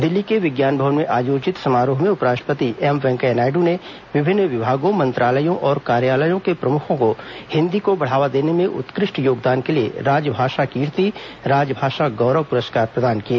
दिल्ली के विज्ञान भवन में आयोजित समारोह में उपराष्ट्रपति एम वेंकैया नायडू ने विभिन्न विभागों मंत्रालयों और कार्यालयों के प्रमुखों को हिंदी को बढ़ावा देने में उत्कृष्ट योगदान के लिए राजभाषा कीर्ति और राजभाषा गौरव पुरस्कार प्रदान किए